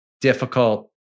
difficult